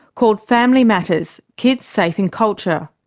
called family matters kids safe in culture.